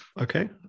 okay